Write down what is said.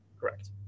Correct